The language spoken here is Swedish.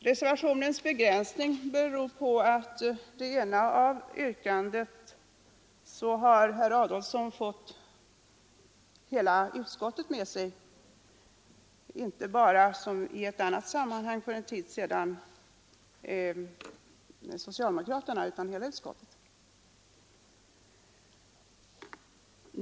Reservationens begränsning beror på att herr Adolfsson när det gäller det ena yrkandet har fått inte bara socialdemokraterna — som i ett annat sammanhang för en tid sedan — utan hela utskottet med sig.